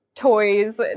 toys